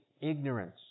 ignorance